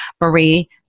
Marie